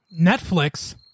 Netflix